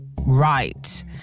right